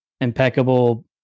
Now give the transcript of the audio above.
impeccable